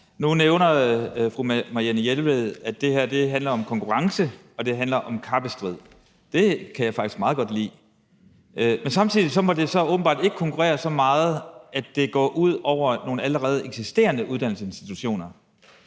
at fru Marianne Jelved nu nævnte, at det her handler om konkurrence og kappestrid. Det kan jeg faktisk meget godt lide. Men samtidig må det så åbenbart ikke konkurrere så meget, at det går ud over nogle allerede eksisterende uddannelsesinstitutioner,